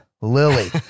Lily